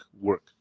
work